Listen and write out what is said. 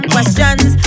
Questions